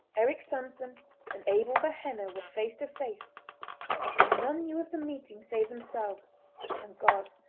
eric sanson and abel behenna were face to face and none knew of the meeting save themselves and god.